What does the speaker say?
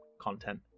content